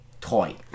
Toy